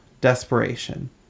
Desperation